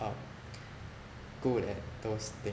um good at those things